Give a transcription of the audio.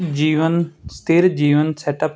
ਜੀਵਨ ਸਥਿਰ ਜੀਵਨ set up